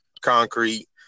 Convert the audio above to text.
concrete